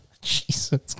Jesus